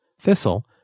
Thistle